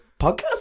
podcast